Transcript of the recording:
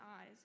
eyes